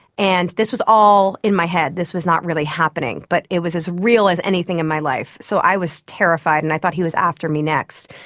and this was all in my head, this was not really happening, but it was as real as anything in my life. so i was terrified, and i thought he was after me next.